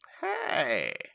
Hey